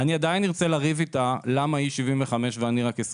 אני עדיין ארצה לריב איתה למה היא 75 אחוזים ואני רק 25